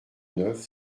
neuf